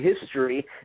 history